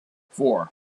four